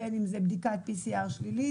בין אם זה בדיקת PCR שלילית.